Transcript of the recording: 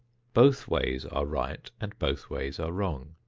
both ways are right and both ways are wrong.